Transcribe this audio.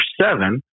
seven